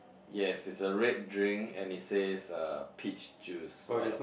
yes it's a red drink and it says uh peach juice what ah